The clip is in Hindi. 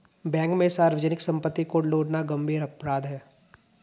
बैंक में सार्वजनिक सम्पत्ति को लूटना गम्भीर अपराध है